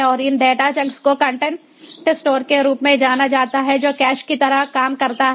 और इन data chunks को कंटेंट स्टोर के रूप में जाना जाता है जो कैश की तरह काम करता है